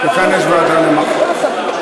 הוועדה למעמד האישה.